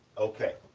okay.